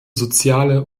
soziale